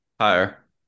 Higher